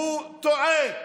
הוא טועה.